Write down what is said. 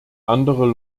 andere